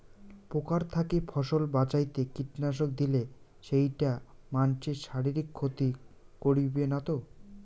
পোকার থাকি ফসল বাঁচাইতে কীটনাশক দিলে সেইটা মানসির শারীরিক ক্ষতি করিবে না তো?